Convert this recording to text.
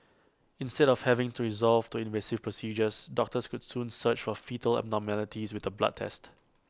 instead of having to resort to invasive procedures doctors could soon search for foetal abnormalities with A blood test